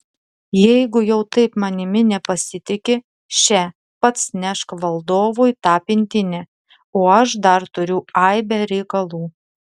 jeigu jau taip manimi nepasitiki še pats nešk valdovui tą pintinę o aš dar turiu aibę reikalų